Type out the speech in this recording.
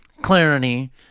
clarity